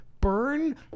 burn